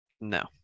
No